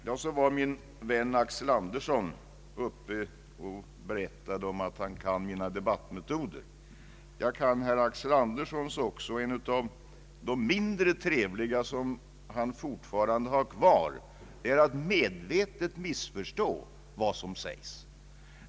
Min vän herr Axel Andersson sade att han känner till mina debattmetoder. Jag känner till herr Axel Anderssons "också. En av de mindre trevliga som han fortfarande har kvar är att medvetet missförstå vad som sägs.